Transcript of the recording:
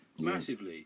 massively